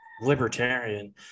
libertarian